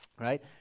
right